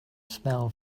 smell